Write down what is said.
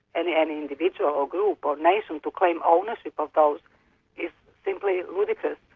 and any individual or group or nation to claim ownership of those is simply ludicrous.